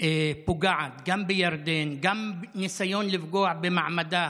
שפוגעת גם בירדן, זה גם ניסיון לפגוע במעמד,